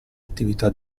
attività